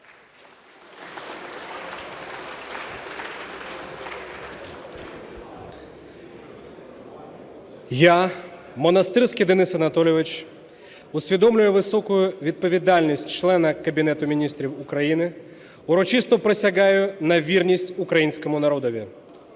Я, Монастирський Денис Анатолійович, усвідомлюю високу відповідальність члена Кабінету Міністрів України, урочисто присягаю на вірність Українському народові.